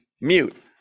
mute